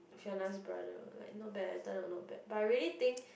Fiona's brother like not bad eh turn out not bad but I really think